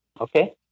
Okay